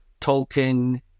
Tolkien